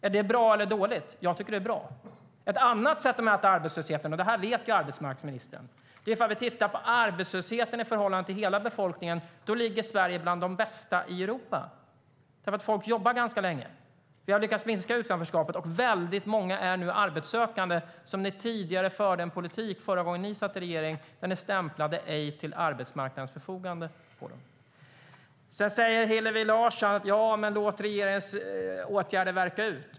Är det bra eller dåligt? Jag tycker att det är bra. Ett annat sätt att mäta arbetslösheten - och det här vet ju arbetsmarknadsministern - är att titta på arbetslösheten i förhållande till hela befolkningen. Då ligger Sverige bland de bästa i Europa, därför att folk jobbar ganska länge. Vi har lyckats minska utanförskapet, och väldigt många är nu arbetssökande. Förra gången ni satt i regeringen förde ni en politik där ni stämplade "ej till arbetsmarknadens förfogande" på dessa människor, Ylva Johansson. Hillevi Larsson säger att vi ska låta regeringens åtgärder verka ut.